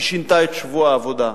היא שינתה את שבוע העבודה.